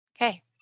okay